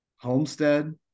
Homestead